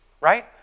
right